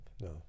No